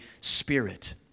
Spirit